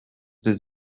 des